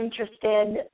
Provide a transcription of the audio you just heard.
interested